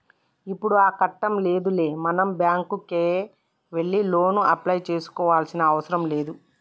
ఇప్పుడు ఆ కట్టం లేదులే మనం బ్యాంకుకే వెళ్లి లోను అప్లై చేసుకోవాల్సిన అవసరం లేదు